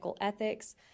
ethics